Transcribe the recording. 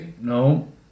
No